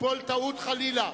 תיפול טעות, חלילה.